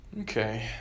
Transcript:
Okay